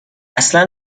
اصلا